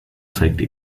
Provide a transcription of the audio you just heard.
zeigte